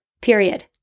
period